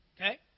Okay